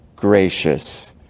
gracious